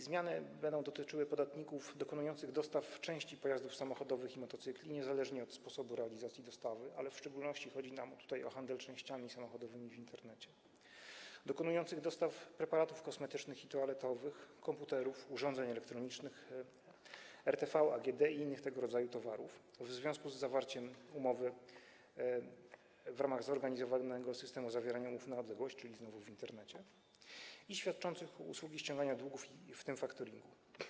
Zmiany będą dotyczyły podatników dokonujących dostaw części pojazdów samochodowych i motocykli, niezależnie od sposobu realizacji dostawy, ale w szczególności chodzi nam tutaj o handel częściami samochodowymi w Internecie, a także podatników dokonujących dostaw preparatów kosmetycznych i toaletowych, komputerów, urządzeń elektronicznych, urządzeń RTV i AGD i innych tego rodzaju towarów w związku z zawarciem umowy w ramach zorganizowanego systemu zawierania umów na odległość, czyli znowu w Internecie, oraz podatników świadczących usługi ściągania długów, w tym faktoringu.